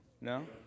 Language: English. No